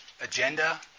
agenda